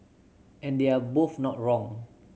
and they're both not wrong